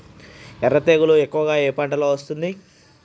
ఎర్ర తెగులు ఎక్కువగా ఏ పంటలో వస్తుంది?